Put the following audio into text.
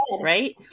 right